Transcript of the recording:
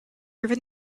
even